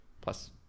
plus